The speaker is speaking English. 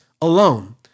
alone